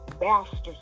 bastards